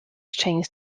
changed